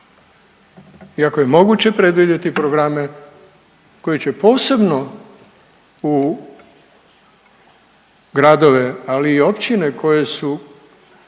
iako je moguće predvidjeti programe koji će posebno u gradove, ali i općine koje su